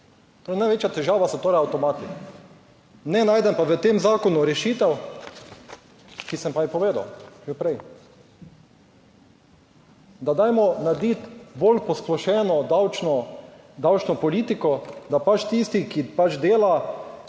največja težava so torej avtomati, ne najdem pa v tem zakonu rešitev, ki sem pa jo povedal, že prej, da dajmo narediti bolj posplošeno davčno, davčno politiko, da pač tisti, ki pač dela,